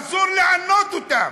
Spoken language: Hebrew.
אסור לענות אותם.